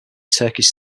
turkish